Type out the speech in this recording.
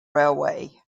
railway